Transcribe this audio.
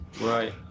Right